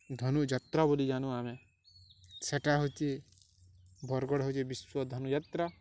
ଧନୁଯାତ୍ରା ବୋଲି ଜାନୁ ଆମେ ସେଟା ହେଉଛି ବରଗଡ଼ ହେଉଛି ବିଶ୍ୱ ଧନୁଯାତ୍ରା